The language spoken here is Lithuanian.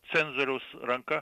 cenzoriaus ranka